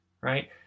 right